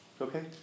Okay